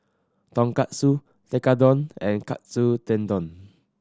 Tonkatsu Tekkadon and Katsu Tendon